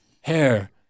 Hair